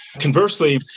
Conversely